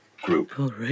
group